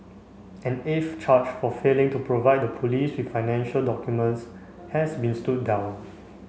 an eighth charge for failing to provide the police with financial documents has been stood down